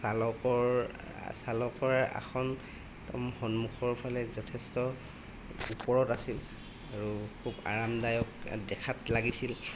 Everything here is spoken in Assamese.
চালকৰ চালকৰ আসন সন্মুখৰ ফালে যথেষ্ট ওপৰত আছিল আৰু খুব আৰামদায়ক দেখাত লাগিছিল